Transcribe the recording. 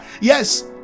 yes